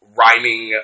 rhyming